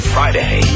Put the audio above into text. Friday